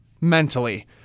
mentally